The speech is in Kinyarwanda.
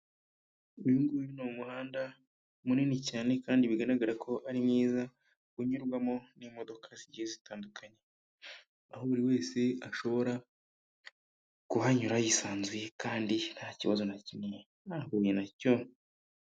Uyu nguyi ni umuhanda munini cyane kandi bigaragara ko ari mwiza, unyurwamo n'imodoka zigiye zitandukanye; aho buri wese ashobora kuhanyura yisanzuye kandi nta kibazo na kimwe ahuye na cyo.